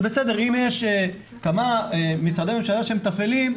אם יש כמה משרדי ממשלה שמתפעלים,